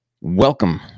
welcome